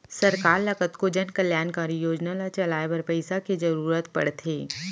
सरकार ल कतको जनकल्यानकारी योजना ल चलाए बर पइसा के जरुरत पड़थे